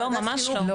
שרן,